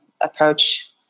approach